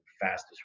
fastest